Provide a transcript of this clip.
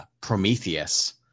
Prometheus